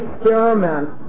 experiment